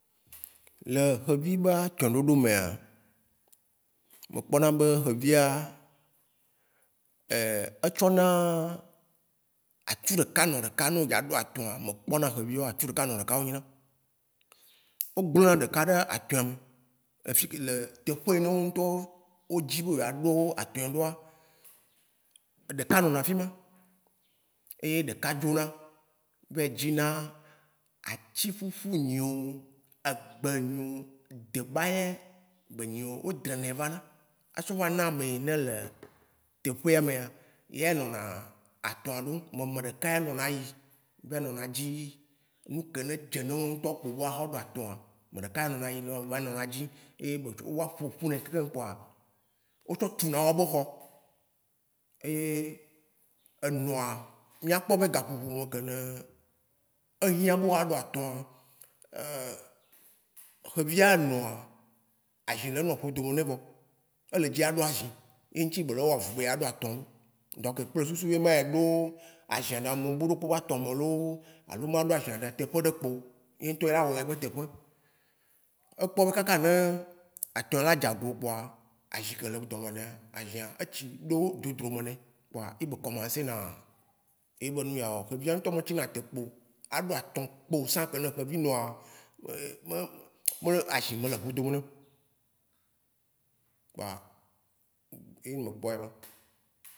Le xevi be atsɔ̃ ɖoɖo mea, me kpɔna be xevia, eee e tsɔna, atsu ɖeka nɔ ɖeka ne wo dza ɖo atɔ̃a, me kpɔna xeviwo atsu ɖeka nɔ ɖeka wo nyina. O gblena ɖeka ɖe atɔ̃a me le fi le teƒe yi ne wò n'tɔwo wo dzi be ya ɖo atɔ̃e ɖoa, ɖeka nɔna fima eye ɖeka dzona va yi dzina: atsi ƒuƒu enyio, egbe enyio, debayɛ be nyio, o drenɛ vana. A tsɔ vana ame yi ne le teƒea mea, eya nɔna atɔ̃a ɖɔ, ameɖeka ya nɔna yi a va yi nɔ dzi nuke ne dze ne woa ŋ'tɔ kpo be woa tsɔ ɖo atɔ̃a. Me ɖeka nɔna yí va nɔna dzi, Ye be o va ƒoƒune kekeŋ kpoa, O tsɔ tsuna woa be xɔ. Eye, enɔa, mia kpɔ be gaƒoƒo ke ne ehiã be woa ɖo atɔ̃a, eee, xevia enɔa, azi le nɔ ƒodomɛ ne vɔ. Ele dzi a ɖo azi. Ye ŋ'tsi be le wɔ avu be ya ɖo atɔ̃a ɖo. Dõk kple susu be ma yi ɖo azi ɖe amebu ɖekpe be atɔ̃me lo, alo ma ɖo azia ɖe teƒe ɖekpeo. Ye ŋ'tɔ ye la wɔ ye be teƒe. E kpɔ be kaka ne atɔ̃a la dzago kpoa, azi ke le dɔme nɛa, azia e tsi ɖo drzdrome me ne. Kpoa ye be kɔmãse na ye be nuya wɔwɔ. xeviawo ŋ'tɔ me tsina te kpo, a ɖo atɔ̃ kpo sã ke ne xevinɔa me me le azì me le ƒodome neo. kpoa eyi me kpoa ye ma.